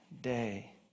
day